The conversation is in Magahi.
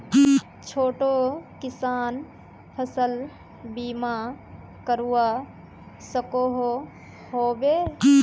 छोटो किसान फसल बीमा करवा सकोहो होबे?